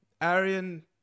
Arian